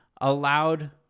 allowed